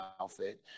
outfit